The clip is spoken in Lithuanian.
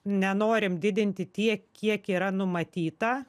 nenorim didinti tiek kiek yra numatyta